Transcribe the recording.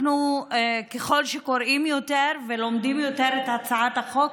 ככל שקוראים יותר ולומדים יותר את הצעת החוק,